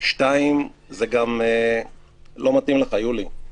שתיים, זה גם לא מתאים לך, יולי.